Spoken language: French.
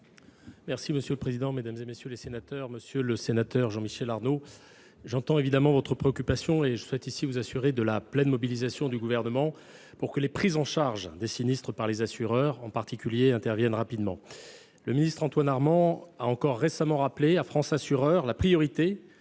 M. le ministre délégué chargé de l’industrie. Monsieur le sénateur Jean Michel Arnaud, j’entends évidemment votre préoccupation et je souhaite vous assurer de la pleine mobilisation du Gouvernement pour que les prises en charge des sinistres par les assureurs interviennent rapidement. Le ministre Antoine Armand a encore récemment rappelé à France Assureurs la priorité